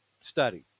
study